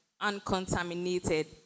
uncontaminated